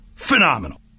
Phenomenal